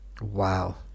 Wow